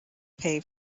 pay